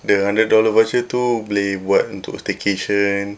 the hundred dollar voucher tu boleh buat untuk staycation